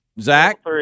Zach